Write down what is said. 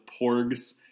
porgs